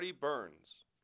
burns